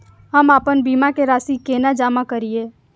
हम आपन बीमा के राशि केना जमा करिए?